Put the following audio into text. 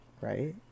right